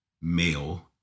Male